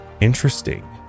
interesting